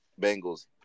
Bengals